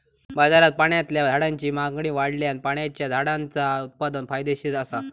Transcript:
बाजारात पाण्यातल्या झाडांची मागणी वाढल्यान पाण्याच्या झाडांचा उत्पादन फायदेशीर असा